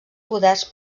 poders